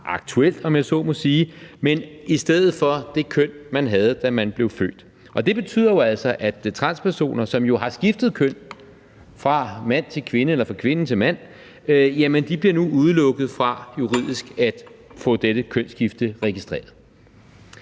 om jeg så må sige, men i stedet for anføres det køn, man havde, da man blev født. Og det betyder altså, at transpersoner, som jo har skiftet køn – fra mand til kvinde eller fra kvinde til mand – nu bliver udelukket fra juridisk at få dette kønsskifte registreret.